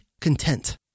content